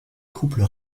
couples